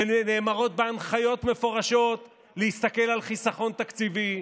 שנאמרות בה הנחיות מפורשות להסתכל על חיסכון תקציבי,